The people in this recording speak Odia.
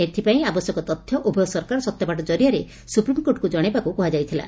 ଏହା ପାଇଁ ଆବଶ୍ୟକ ତଥ୍ୟ ଉଭୟ ସରକାରେ ସତ୍ୟପାଠ ଜରିଆରେ ସୁପ୍ରିମକୋର୍ଟକୁ ଜଣାଇବାକୁ କୁହାଯାଇଥିଲା